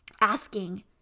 asking